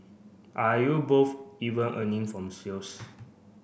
are you both even earning from sales